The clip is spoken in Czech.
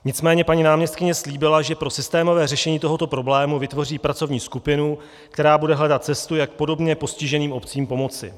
Nicméně paní náměstkyně slíbila, že pro systémové řešení tohoto problému vytvoří pracovní skupinu, která bude hledat cestu, jak podobně postiženým obcím pomoci.